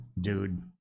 dude